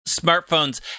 smartphones